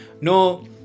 No